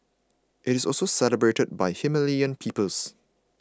it is also celebrated by Himalayan peoples